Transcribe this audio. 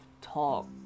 talk